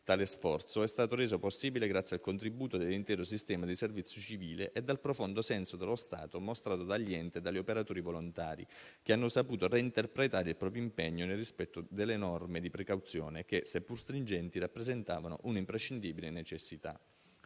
Tale sforzo è stato reso possibile grazie al contributo dell'intero sistema di servizio civile e dal profondo senso dello Stato mostrato dagli enti e dagli operatori volontari, che hanno saputo reinterpretare il proprio impegno nel rispetto delle norme di precauzione che, seppur stringenti, rappresentavano un'imprescindibile necessità.